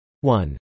One